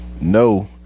no